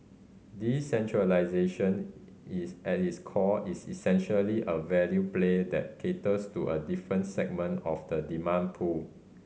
decentralisation is at is core is essentially a value play that caters to a different segment of the demand pool